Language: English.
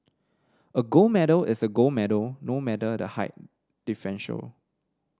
a gold medal is a gold medal no matter the height differential